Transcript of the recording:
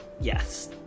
yes